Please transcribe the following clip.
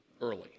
early